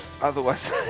otherwise